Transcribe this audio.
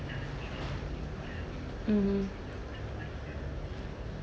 mmhmm